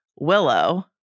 Willow